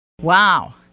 Wow